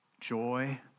joy